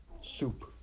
Soup